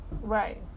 right